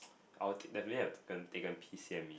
I'll take definitely have taken taken P_C_M